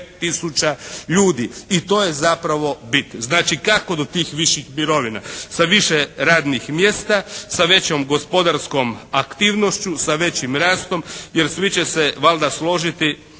425 000 ljudi i to je zapravo bit. Znači, kako do tih viših mirovina? Sa više radnih mjesta, sa većom gospodarskom aktivnošću, sa većim rastom jer svi će se valjda složiti